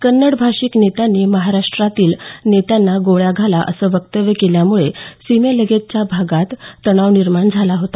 कन्नड भाषिक नेत्यांनी महाराष्ट्रातील नेत्यांना गोळ्या घाला असं वक्तव्य केल्यामुळे सीमेलगतच्या भागात तणाव निर्माण झाला आहे